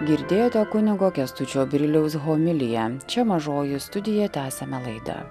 girdėjote kunigo kęstučio briliaus homiliją čia mažoji studija tęsiame laidą